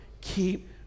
keep